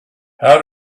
how